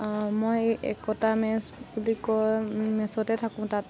মই একতা মেচ বুলি কয় মেচতে থাকোঁ তাত